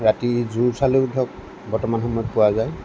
ৰাতি জুৰ ফালেও ধৰক বৰ্তমান সময়ত পোৱা যায়